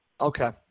Okay